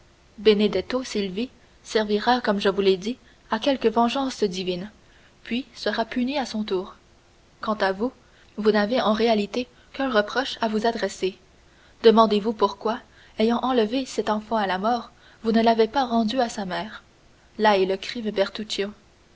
encore benedetto s'il vit servira comme je vous l'ai dit à quelque vengeance divine puis sera puni à son tour quant à vous vous n'avez en réalité qu'un reproche à vous adresser demandez-vous pourquoi ayant enlevé cet enfant à la mort vous ne l'avez pas rendu à sa mère là est le crime